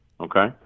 Okay